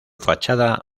fachada